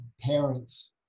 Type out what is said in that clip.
parents